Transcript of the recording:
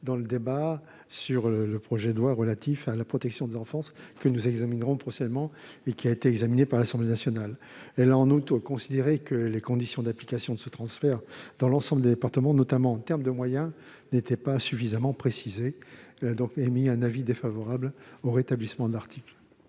sa place dans le projet de loi relatif à la protection des enfants, que nous examinerons prochainement et qui a déjà été discuté à l'Assemblée nationale. Elle a, en outre, considéré que les conditions d'application de ce transfert dans l'ensemble des départements, notamment pour ce qui est des moyens, n'étaient pas suffisamment précisées. Elle émet donc un avis défavorable sur cet amendement tendant